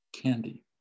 candy